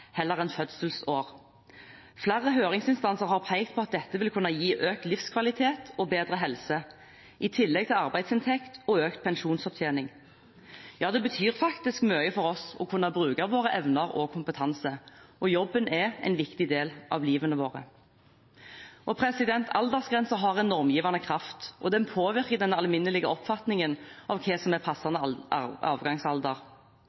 heller enn fødselsår. Flere høringsinstanser har pekt på at dette vil kunne gi økt livskvalitet og bedre helse, i tillegg til arbeidsinntekt og økt pensjonsopptjening. Ja, det betyr faktisk mye for oss å kunne bruke våre evner og kompetanse, og jobben er en viktig del av livet vårt. Aldersgrenser har en normgivende kraft og påvirker den alminnelige oppfatningen av hva som er